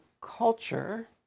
culture